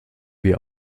wir